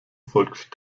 folgt